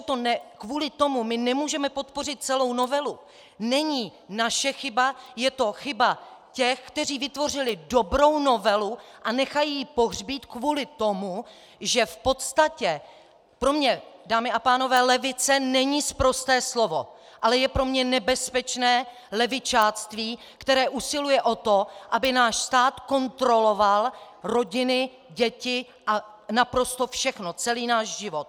To, že kvůli tomu my nemůžeme podpořit celou novelu, není naše chyba, je to chyba těch, kteří vytvořili dobrou novelu a nechají ji pohřbít kvůli tomu, že v podstatě pro mě, dámy a pánové, levice není sprosté slovo, ale je pro mě nebezpečné levičáctví, které usiluje o to, aby náš stát kontroloval rodiny, děti a naprosto všechno, celý náš život.